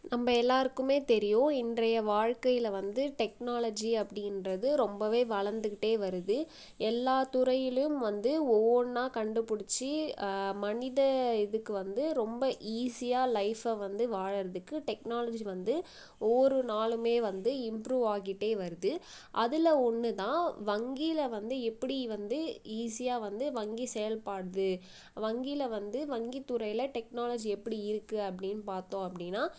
நம்ம எல்லாருக்குமே தெரியும் இன்றைய வாழ்க்கையில் வந்து டெக்னாலஜி அப்படின்றது ரொம்பவே வளர்ந்துக்கிட்டே வருது எல்லா துறையிலையும் வந்து ஒவ்வொன்னாக கண்டுப்பிடிச்சு மனித இதுக்கு வந்து ரொம்ப ஈஸியான லைஃப் வாழ்கிறதுக்கு டெக்னாலஜி வந்து ஒவ்வொரு நாளுமே வந்து இம்ப்ரூவ் ஆகிட்டே வருது அதில் ஒன்று தான் வங்கியில் வந்து எப்படி வந்து ஈஸியாக வந்து வங்கி செயல்படுது வங்கியில் வந்து வங்கித்துறையில் டெக்னாலஜி எப்படி இருக்குது அப்படின்னு பார்த்தோம் அப்படின்னா